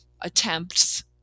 attempts